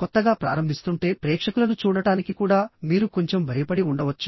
కొత్తగా ప్రారంభిస్తుంటే ప్రేక్షకులను చూడటానికి కూడా మీరు కొంచెం భయపడి ఉండవచ్చు